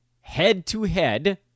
head-to-head